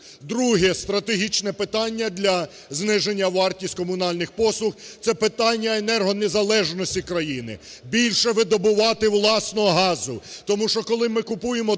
Друге стратегічне питання для зниження вартості комунальних послуг – це питання енергонезалежності країни. Більше видобувати власного газу,